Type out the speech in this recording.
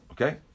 Okay